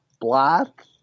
Black